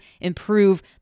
improve